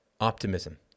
optimism